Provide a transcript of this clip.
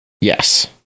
Yes